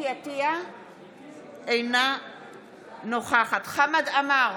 אינה נוכחת חמד עמאר,